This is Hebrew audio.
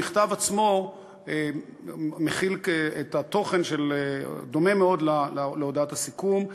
המכתב עצמו מכיל תוכן דומה מאוד להצעות הסיכום.